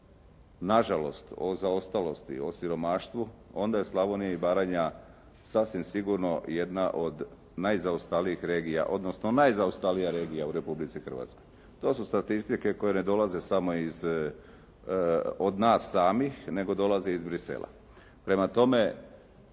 nažalost o zaostalosti, o siromaštvu, onda je Slavonija i Baranja sasvim sigurno jedna od najzaostalijih regija, odnosno najzaostalija regija u Republici Hrvatskoj. To su statistike koje ne dolaze samo od nas samih, nego dolaze iz Bruxellesa. Prema tome,